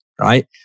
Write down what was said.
right